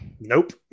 nope